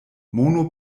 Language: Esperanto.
mono